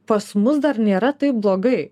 pas mus dar nėra taip blogai